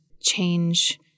change